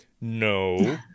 no